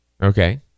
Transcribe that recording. Okay